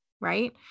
right